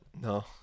No